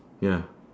ya